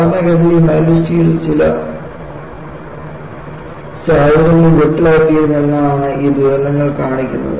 സാധാരണഗതിയിൽ mild steel ചില സാഹചര്യങ്ങളിൽ ബ്രിട്ടിൽ ആയിത്തീരും എന്നതാണ് ഈ ദുരന്തങ്ങൾ കാണിക്കുന്നത്